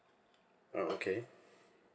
uh okay